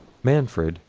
manfred,